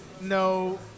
no